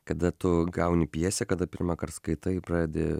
kada tu gauni pjesę kada pirmąkart skaitai pradedi